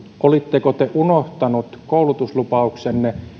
olitteko te unohtaneet koulutuslupauksenne